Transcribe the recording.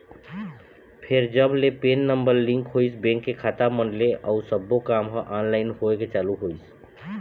फेर जब ले पेन नंबर लिंक होइस बेंक के खाता मन ले अउ सब्बो काम ह ऑनलाइन होय के चालू होइस